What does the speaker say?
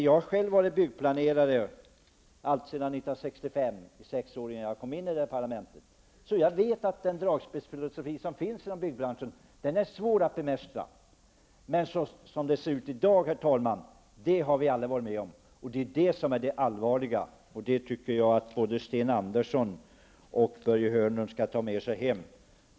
Jag har själv varit byggplanerare, från 1965 och sex år framåt, innan jag kom in i parlamentet, så jag vet att den dragspelsfilosofi som finns i branschen är svår att bemästra. Men en situation som den som råder i dag, herr talman, har vi aldrig varit med om tidigare, och det är det som är det allvarliga. Det tycker jag att både Sten Andersson och Börje Hörnlund skall ta med sig hem.